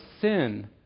sin